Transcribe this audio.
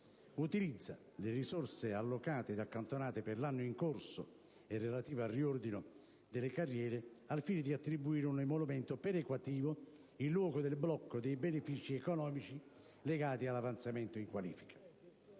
utilizza le risorse allocate ed accantonate per l'anno in corso e relative al riordino delle carriere al fine di attribuire un emolumento perequativo in luogo del blocco dei benefici economici legati all'avanzamento in qualifica.